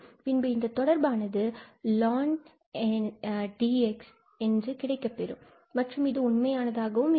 பின்பு இந்த தொடர்பானது ln𝜖ln𝑥 கிடைக்கப்பெறும் மற்றும் உண்மையாக இருக்கும்